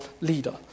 leader